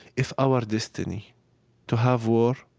if our destiny to have war,